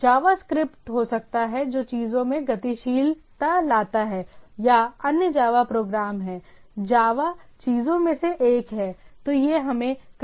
JavaScript हो सकता है जो चीजों में गतिशीलता लाता है या अन्य जावा प्रोग्राम हैं जावा चीजों में से एक है